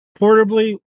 portably